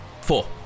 four